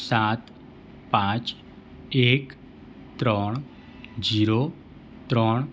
સાત પાંચ એક ત્રણ ઝીરો ત્રણ